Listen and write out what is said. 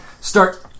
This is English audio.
start